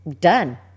Done